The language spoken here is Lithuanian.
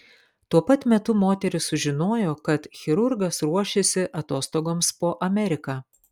tuo pat metu moteris sužinojo kad chirurgas ruošiasi atostogoms po ameriką